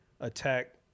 attack